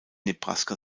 nebraska